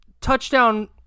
touchdown